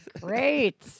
Great